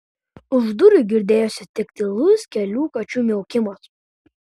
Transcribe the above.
už durų girdėjosi tik tylus kelių kačių miaukimas